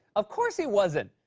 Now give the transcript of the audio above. of course he wasn't.